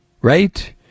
right